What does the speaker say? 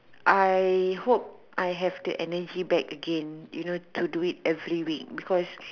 I hope I have the energy back again you know to do it because